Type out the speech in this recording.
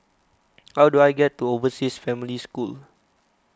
how do I get to Overseas Family School